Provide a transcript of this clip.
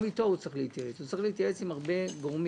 הוא צריך להתייעץ עם הרבה גורמים.